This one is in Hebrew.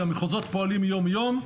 כי המחוזות פועלים יום-יום,